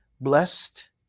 blessed